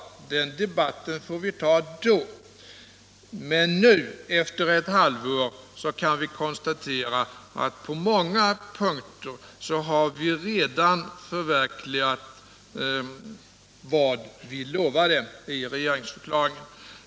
Den debatten får vi ta då, men nu — efter ett halvår — kan vi konstatera att på många punkter har vi redan förverkligat vad vi lovade i regeringsförklaringen.